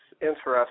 interesting